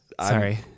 sorry